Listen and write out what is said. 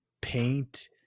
paint